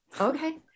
okay